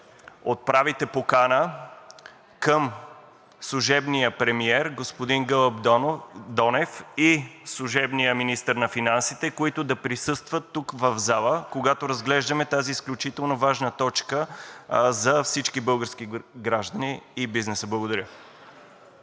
отправите покана към служебния премиер господин Гълъб Донев и служебния министър на финансите, които да присъстват тук, в залата, когато разглеждаме тази изключително важна точка за всички български граждани и бизнеса. Благодаря.